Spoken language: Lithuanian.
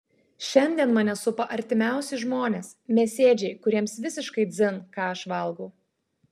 šiandien mane supa artimiausi žmonės mėsėdžiai kuriems visiškai dzin ką aš valgau